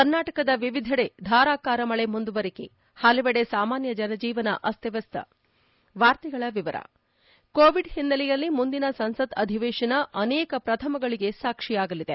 ಕರ್ನಾಟಕದ ವಿವಿಧೆಡೆ ಧಾರಾಕಾರ ಮಳೆ ಮುಂದುವರಿಕೆ ಹಲವೆಡೆ ಸಾಮಾನ್ಯ ಜನ ಜೀವನ ಅಸ್ತವ್ಯಸ್ಥ ಕೋವಿಡ್ ಹಿನ್ನೆಲೆಯಲ್ಲಿ ಮುಂದಿನ ಸಂಸತ್ ಅಧಿವೇಶನ ಅನೇಕ ಪ್ರಥಮಗಳಿಗೆ ಸಾಕ್ಷಿಯಾಗಲಿದೆ